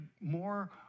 more